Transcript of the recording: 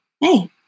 hey